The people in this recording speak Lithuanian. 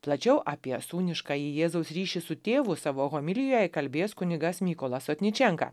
plačiau apie sūniškąjį jėzaus ryšį su tėvu savo homilijoje kalbės kunigas mykolas otničenka